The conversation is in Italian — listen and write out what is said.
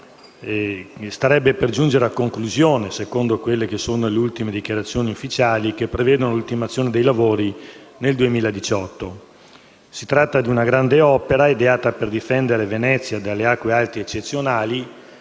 starebbe per giungere a conclusione, secondo le ultime dichiarazioni ufficiali che prevedono l'ultimazione dei lavori nel 2018. Si tratta di una grande opera ideata per difendere Venezia dalle acque alte eccezionali,